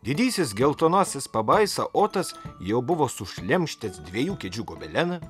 didysis geltonasis pabaisa otas jau buvo sušlemštęs dviejų kėdžių gobeleną